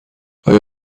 آیا